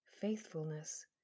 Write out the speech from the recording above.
faithfulness